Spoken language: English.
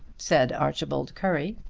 said archibald currie.